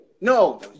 No